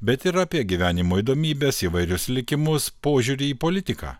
bet ir apie gyvenimo įdomybes įvairius likimus požiūrį į politiką